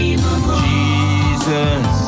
Jesus